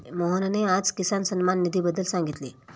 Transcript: मोहनने आज किसान सन्मान निधीबद्दल सांगितले